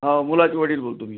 हव मुलाचे वडील बोलतो मी